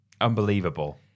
Unbelievable